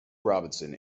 robinson